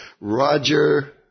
Roger